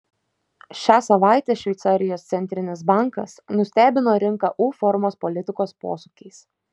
šią savaitę šveicarijos centrinis bankas nustebino rinką u formos politikos posūkiais